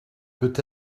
peut